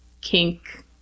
kink